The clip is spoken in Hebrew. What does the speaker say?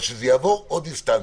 אבל שזה יעבור עוד אינסטנציה.